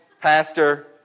pastor